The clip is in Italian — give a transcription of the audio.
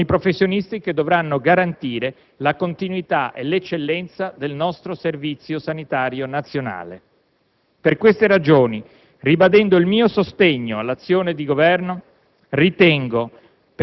Dopotutto, essi sono i professionisti che dovranno garantire la continuità e l'eccellenza del nostro Servizio sanitario nazionale. Per queste ragioni, ribadendo il mio sostegno all'azione di Governo